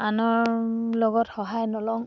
আনৰ লগত সহায় নলওঁ